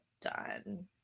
done